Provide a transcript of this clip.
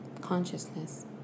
consciousness